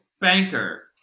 Banker